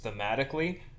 thematically